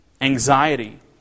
anxiety